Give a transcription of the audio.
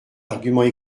arguments